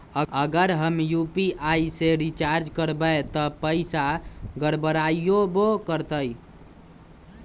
अगर हम यू.पी.आई से रिचार्ज करबै त पैसा गड़बड़ाई वो करतई?